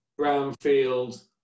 brownfield